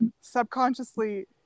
subconsciously